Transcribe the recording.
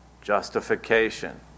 justification